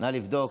נא לבדוק.